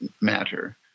matter